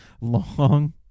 long